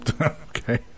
Okay